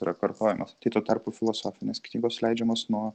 yra kartojamas tai tuo tarpu filosofinės knygos leidžiamos nuo